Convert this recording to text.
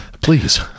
Please